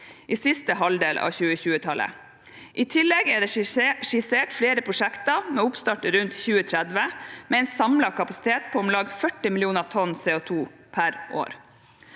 i siste halvdel av 2020-tallet. I tillegg er det skissert flere prosjekter med oppstart rundt 2030, med en samlet kapasitet på om lag 40 millioner tonn CO2 per år.